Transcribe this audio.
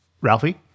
Ralphie